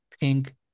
pink